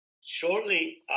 shortly